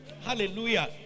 Hallelujah